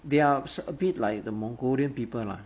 they are a bit like the mongolian people lah